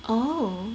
oh